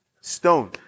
Stone